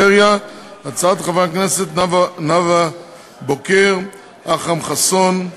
של חברי הכנסת נאוה בוקר, אכרם חסון,